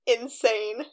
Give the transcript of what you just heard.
insane